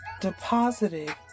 deposited